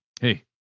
Hey